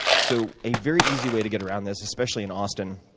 so a very easy way to get around this, especially in austin,